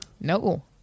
No